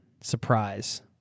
surprise